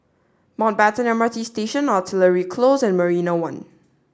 Mountbatten M R T Station Artillery Close and Marina One